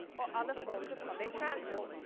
or other forms of public transport.